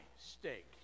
steak